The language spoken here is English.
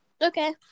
Okay